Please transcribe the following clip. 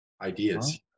ideas